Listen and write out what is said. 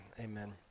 amen